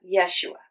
Yeshua